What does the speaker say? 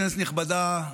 כנסת נכבדה,